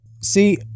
See